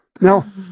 now